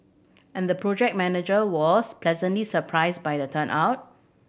and the project manager was pleasantly surprised by the turnout